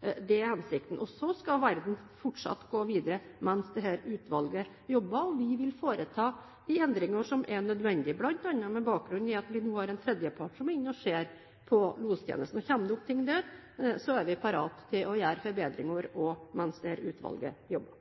Det er hensikten. Og så skal verden fortsatt gå videre mens dette utvalget jobber. Vi vil foreta de endringer som er nødvendig, bl.a. med bakgrunn i at vi nå har en tredjepart som er inne og ser på lostjenesten. Kommer det opp ting der, er vi parat til å gjøre forbedringer, også mens dette utvalget jobber.